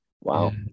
Wow